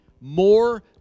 more